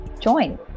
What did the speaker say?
Join